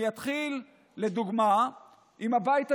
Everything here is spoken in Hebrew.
אני אתחיל, לדוגמה, בבית היהודי: